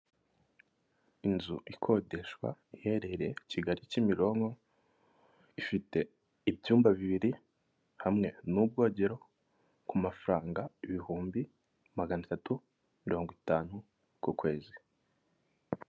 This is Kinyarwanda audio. Inzu ikodeshwa iherereye Kigali kimironko ifite ibyumba bibiri hamwe wagera ku mafaranga ibihumbi magana atatu mirongo itanu ku kwezi.